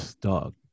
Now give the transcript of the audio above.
dog